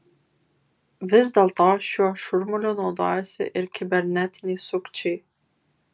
vis dėlto šiuo šurmuliu naudojasi ir kibernetiniai sukčiai